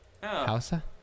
Hausa